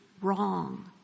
wrong